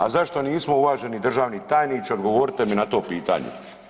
A zašto nismo uvaženi državni tajniče odgovorite mi na to pitanje?